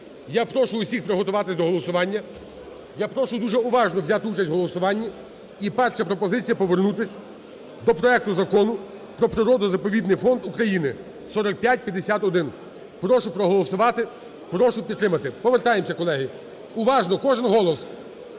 Я прошу усіх приготуватись до голосування, я прошу дуже уважно взяти участь в голосуванні. І перша пропозиція повернутись до проекту Закону про природно заповідний фонд України 4551. Прошу проголосувати. Прошу підтримати. Повертаємося, колеги. Уважно! Кожен голос.